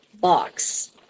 box